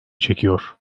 çekiyor